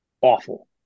awful